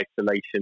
isolation